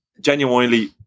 genuinely